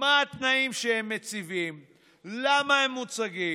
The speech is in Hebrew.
ותנאי למה הם מוצגים"